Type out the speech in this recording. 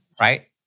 right